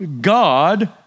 God